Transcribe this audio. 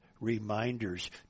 reminders